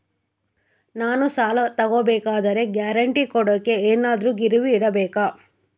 ನಾನು ಸಾಲ ತಗೋಬೇಕಾದರೆ ಗ್ಯಾರಂಟಿ ಕೊಡೋಕೆ ಏನಾದ್ರೂ ಗಿರಿವಿ ಇಡಬೇಕಾ?